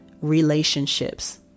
relationships